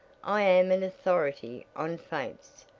i am an authority on faints.